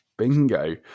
Bingo